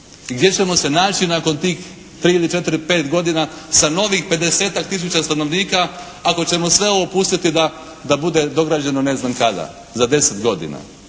Gdje ćemo se naći nakon tih 3 ili 4, 5 godina sa novih 50-tak tisuća stanovnika ako ćemo sve ovo pustiti da bude dograđeno ne znam kada? Za 10 godina.